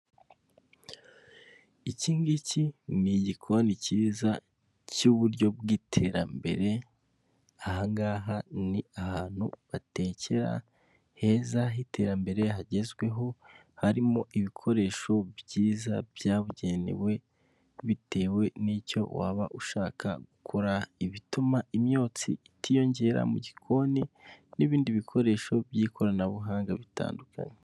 Ikingiki ni igikoni cyiza cy'uburyo bw'iterambere ahangaha ni ahantu batekera heza h'iterambere hagezweho harimo ibikoresho byiza byabugenewe bitewe n'icyo waba ushaka gukora bituma imyotsi itiyongera mu gikoni n'ibindi bikoresho by'ikoranabuhanga bitandukanye .